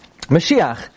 Mashiach